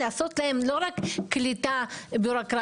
לעשות להם לא רק קליטה בירוקרטית,